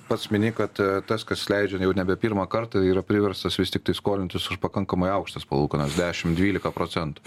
pats minėjai kad tas kas leidžia jau nebe pirmą kartą yra priverstas vis tiktai skolintis už pakankamai aukštas palūkanas dešimt dvylika procentų